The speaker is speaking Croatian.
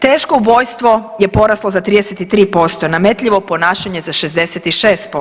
Teško ubojstvo je poraslo za 33%, nametljivo ponašanje za 66%